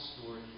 story